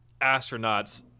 astronauts